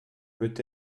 peut